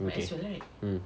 okay mm